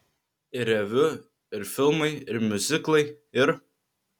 ir reviu ir filmai ir miuziklai ir